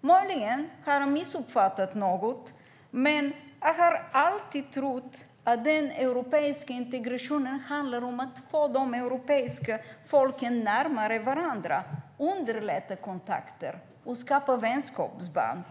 Möjligen har jag missuppfattat något, men jag har alltid trott att den europeiska integrationen handlar om att föra de europeiska folken närmare varandra, underlätta kontakter och skapa vänskapsband.